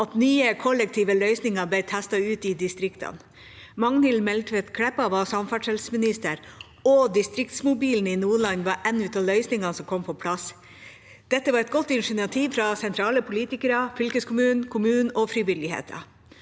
at nye kollektive løsninger ble testet ut i distriktene. Magnhild Meltveit Kleppa var samferdselsminister, og Distriktsmobilen i Nordland var en av løsningene som kom på plass. Dette var et godt initiativ fra sentrale politikere, fylkeskommunen, kommunen og frivilligheten.